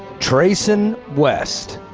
treyson west.